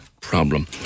problem